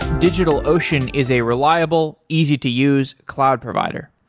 digitalocean is a reliable, easy to use cloud provider.